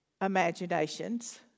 imaginations